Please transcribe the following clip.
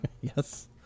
Yes